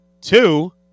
two